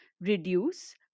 Reduce